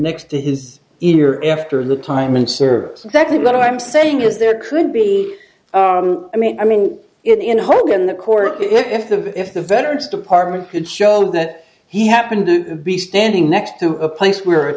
next to his ear after look time in service exactly what i'm saying is there could be i mean i mean it in hogan the court if the if the veterans department could show that he happened to be standing next to a place where a